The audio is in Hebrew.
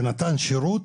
שנתן שירות